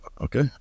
okay